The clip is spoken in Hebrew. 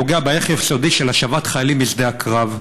הפוגע בערך היסודי של השבת חיילים משדה הקרב.